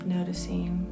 Noticing